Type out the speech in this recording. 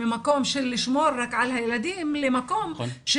ממקום של לשמור רק על הילדים למקום של